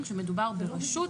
כשמדובר ברשות,